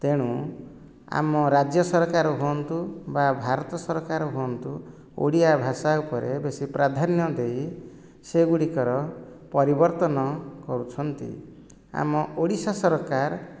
ତେଣୁ ଆମ ରାଜ୍ୟ ସରକାର ହୁଅନ୍ତୁ ବା ଭାରତ ସରକାର ହୁଅନ୍ତୁ ଓଡିଆ ଭାଷା ଉପରେ ବେଶି ପ୍ରାଧାନ୍ୟ ଦେଇ ସେଗୁଡ଼ିକର ପରିବର୍ତ୍ତନ କରୁଛନ୍ତି ଆମ ଓଡିଶା ସରକାର